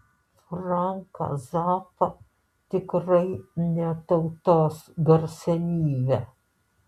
franką zappą tikrai ne tautos garsenybę